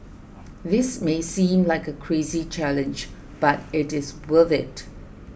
this may seem like a crazy challenge but it is worth it